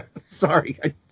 sorry